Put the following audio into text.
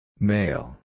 Male